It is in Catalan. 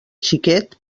xiquet